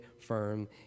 firm